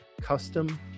custom